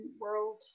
world